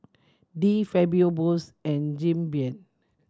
De Fabio Bose and Jim Beam